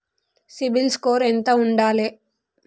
CIBIL score ఎంత ఉండాలే?